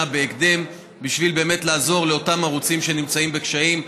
בהקדם בשביל לעזור לאותם ערוצים שנמצאים בקשיים.